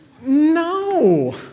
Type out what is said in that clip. No